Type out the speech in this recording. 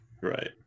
right